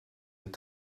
het